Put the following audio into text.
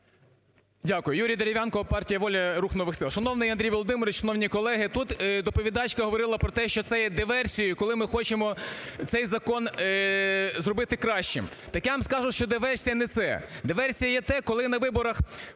Дякую. Юрій Дерев'янко, партія "Воля", "Рух нових сил". Шановний Андрій Володимирович, шановні колеги, тут доповідачка говорила про те, що це є диверсією, коли ми хочемо цей закон зробити кращим. Так я вам скажу, що диверсія не це, диверсія є те, коли на виборах